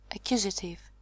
Accusative